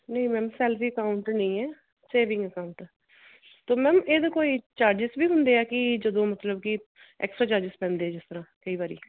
ਨਹੀਂ ma'am salary account ਨਹੀਂ ਹੈ ਸੇਵਿੰਗ ਅਕਾਊਂਟ ਹੈ ਤੋ ਮੈਮ ਇਹਦੇ ਕੋਈ ਚਾਰਜਿਸ ਵੀ ਹੁੰਦੇ ਹੈ ਕਿ ਜਦੋਂ ਮਤਲਬ ਕਿ ਐਕਸਟ੍ਰਾ ਚਾਰਜਿਸ ਪੈਂਦੇ ਜਿਸ ਤਰ੍ਹਾਂ ਕਈ ਵਾਰੀ